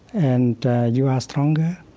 and you are stronger.